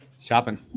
shopping